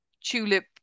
tulip